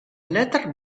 letter